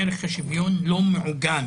ערך השוויון לא מעוגן